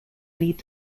lead